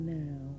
now